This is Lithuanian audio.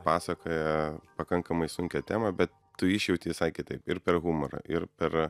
pasakoja pakankamai sunkią temą be tu išjauti visai kitaip ir per humorą ir per